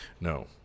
No